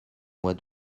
mois